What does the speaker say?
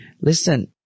listen